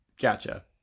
Gotcha